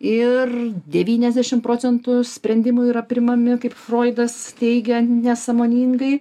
ir devyniasdešim procentų sprendimų yra priimami kaip froidas teigia nesąmoningai